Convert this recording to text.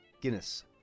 Guinness